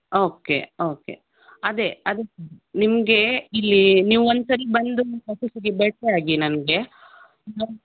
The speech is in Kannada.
ಓಕೆ ಓಕೆ ಅದೇ ಅದಕ್ಕೆ ನಿಮಗೆ ಇಲ್ಲಿ ನೀವು ಒಂದ್ಸರಿ ಬಂದು ಆಫೀಸಿಗೆ ಭೇಟಿ ಆಗಿ ನನಗೆ